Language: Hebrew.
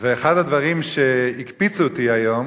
ואחד הדברים שהקפיצו אותי היום